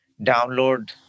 download